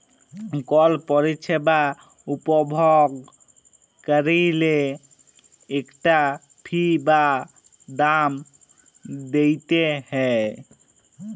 call পরিছেবা উপভগ ক্যইরলে ইকটা ফি বা দাম দিইতে হ্যয়